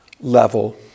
level